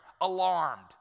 alarmed